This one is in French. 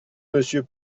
monsieur